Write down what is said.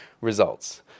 results